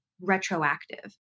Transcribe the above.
retroactive